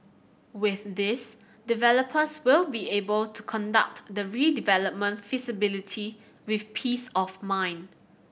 with this developers will be able to conduct the redevelopment feasibility with peace of mind